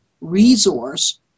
resource